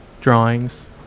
drawings